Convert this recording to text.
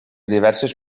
diverses